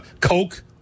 Coke